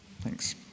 Thanks